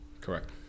correct